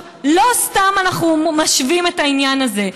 לא סתם אנחנו משווים את העניין הזה.